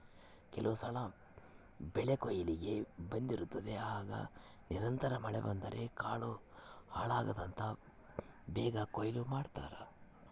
ಕೆಲವುಸಲ ಬೆಳೆಕೊಯ್ಲಿಗೆ ಬಂದಿರುತ್ತದೆ ಆಗ ನಿರಂತರ ಮಳೆ ಬಂದರೆ ಕಾಳು ಹಾಳಾಗ್ತದಂತ ಬೇಗ ಕೊಯ್ಲು ಮಾಡ್ತಾರೆ